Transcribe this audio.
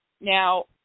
Now